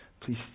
please